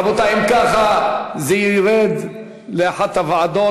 רבותי, אם ככה, זה ירד לאחת הוועדות.